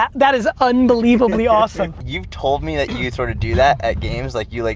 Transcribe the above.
that that is unbelievably awesome. you've told me that you sort of do that at games. like, you like,